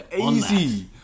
easy